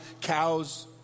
cows